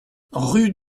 rue